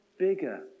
Bigger